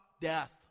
death